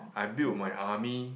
I build my army